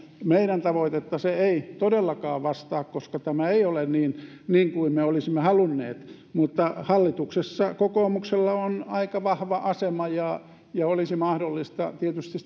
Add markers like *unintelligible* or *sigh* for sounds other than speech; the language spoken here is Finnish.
meidän tavoitettamme se ei todellakaan vastaa koska tämä ei ole niin niin kuin me olisimme halunneet mutta hallituksessa kokoomuksella on aika vahva asema ja sitä valtaa olisi tietysti *unintelligible*